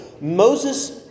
Moses